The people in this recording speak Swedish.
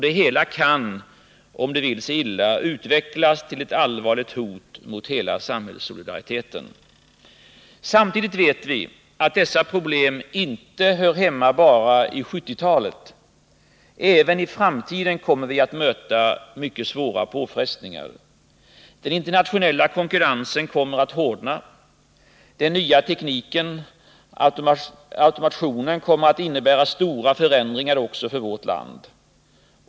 Det hela kan om det vill sig illa utvecklas till ett allvarligt hot mot samhällssolidariteten. Samtidigt vet vi att dessa problem inte hör hemma bara i 1970-talet. Även i framtiden kommer vi att möta svåra påfrestningar. Den internationella konkurrensen kommer att hårdna. Den nya tekniken, automationen, kommer att innebära stora förändringar också för vårt land.